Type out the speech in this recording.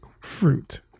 Fruit